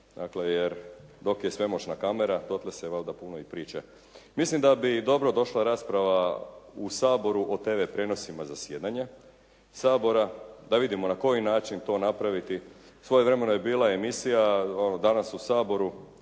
dakle jer dok je svemoćna kamera dotle se valjda puno i priča. Mislim da bi dobro došla rasprava u Saboru o TV prijenosima zasjedanja Sabora. Da vidimo na koji način to napraviti? Svojevremeno je bila emisija ono «Danas u Saboru»